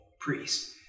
priest